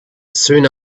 soon